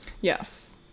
Yes